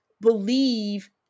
believe